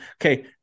Okay